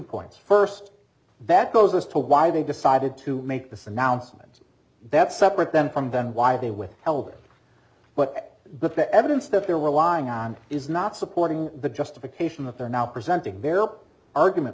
points first that goes as to why they decided to make this announcement that separate them from then why they withheld but but the evidence that they're relying on is not supporting the justification that they're now presenting bearup argument